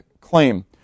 claim